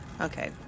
Okay